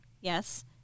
Yes